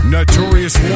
Notorious